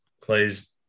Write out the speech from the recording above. Clay's